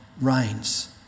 reigns